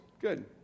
Good